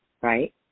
right